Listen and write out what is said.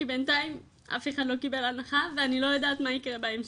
כי בינתיים אף אחד לא קיבל הנחה ואני לא יודעת מה יקרה בהמשך.